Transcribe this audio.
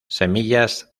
semillas